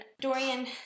Dorian